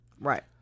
Right